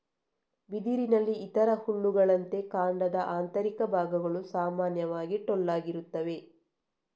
ಬಿದಿರಿನಲ್ಲಿ ಇತರ ಹುಲ್ಲುಗಳಂತೆ, ಕಾಂಡದ ಆಂತರಿಕ ಭಾಗಗಳು ಸಾಮಾನ್ಯವಾಗಿ ಟೊಳ್ಳಾಗಿರುತ್ತವೆ